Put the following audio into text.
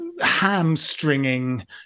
hamstringing